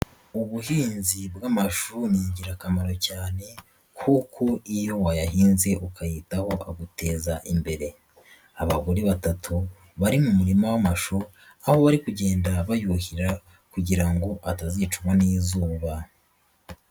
Ubuhinzi bw'amashu ni ingirakamaro cyane kuko iyo wayahinze ukayitaho aguteza imbere. Abagore batatu bari mu murima w'amashu aho bari kugenda bayuhira kugira ngo atazicwa n'izuba.